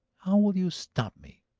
how will you stop me?